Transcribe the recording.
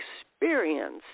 experience